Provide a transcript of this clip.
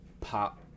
pop